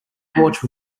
porch